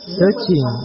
searching